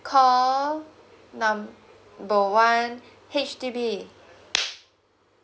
call number one H_D_B